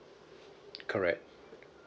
correct